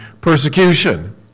persecution